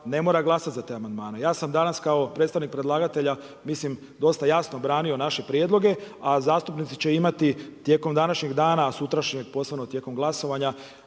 ne mora glasat za te amandmane. Ja sam danas kao predstavnik predlagatelja, mislim dosta jasno branio naše prijedloge, a zastupnici će imati tijekom današnjeg dana, sutrašnjeg poslano tijekom glasovanja